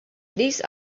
these